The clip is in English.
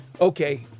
Okay